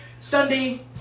Sunday